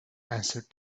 answered